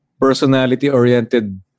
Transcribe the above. personality-oriented